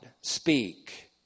speak